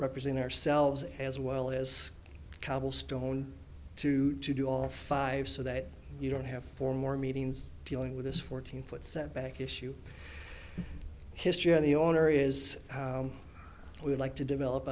representing ourselves as well as cobblestone to to do all five so that you don't have four more meetings dealing with this fourteen foot setback issue history on the owner is we'd like to develop